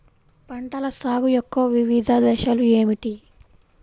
పంటల సాగు యొక్క వివిధ దశలు ఏమిటి?